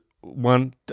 one